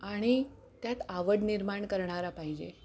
आणि त्यात आवड निर्माण करणारा पाहिजे